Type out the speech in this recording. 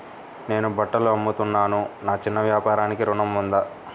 నేను బట్టలు అమ్ముతున్నాను, నా చిన్న వ్యాపారానికి ఋణం ఉందా?